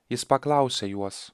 jis paklausė juos